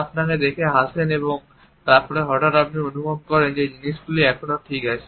আপনাকে দেখে হাসেন এবং তারপরে হঠাৎ আপনি অনুভব করেন যে জিনিসগুলি এখনও ঠিক আছে